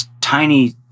tiny